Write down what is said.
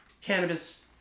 Cannabis